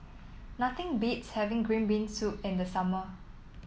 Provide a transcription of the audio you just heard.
nothing beats having Green Bean Soup in the summer